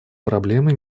проблемы